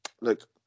look